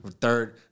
Third